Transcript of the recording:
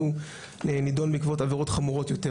הוא נידון בעקבות עבירות חמורות יותר